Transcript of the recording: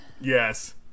Yes